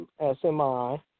SMI